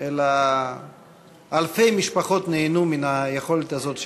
אלא אלפי משפחות שנהנו מהיכולת הזאת של